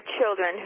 children